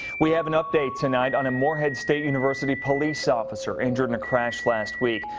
we have an update tonight on a morehead state university police officer injured in a crash last week.